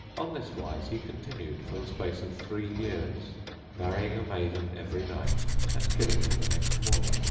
on this wise he continued for the space of three years marrying a maiden every night and killing her the next morning,